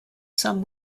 some